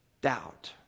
Doubt